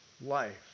life